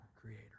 creator